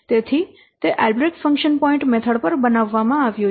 તેથી તે Albrecht function point method પર બનાવવામાં આવ્યું છે